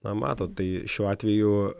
na matot tai šiuo atveju